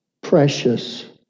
precious